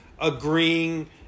agreeing